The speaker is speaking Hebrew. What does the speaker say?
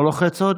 לא לוחץ עוד?